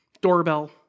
doorbell